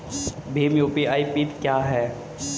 Bhim UPI PIN क्या है?